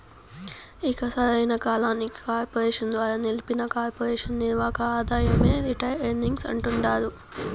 ఇక సరైన కాలానికి కార్పెరేషన్ ద్వారా నిలిపిన కొర్పెరేషన్ నిర్వక ఆదాయమే రిటైల్ ఎర్నింగ్స్ అంటాండారు